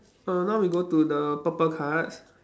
err now we go to the purple cards